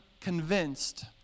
convinced